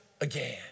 again